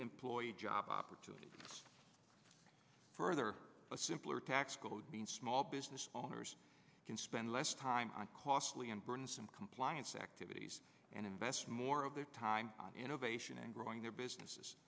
employee job opportunities further a simpler tax code being small business owners can spend less time on costly and burdensome compliance activities and invest more of their time innovation in growing their businesses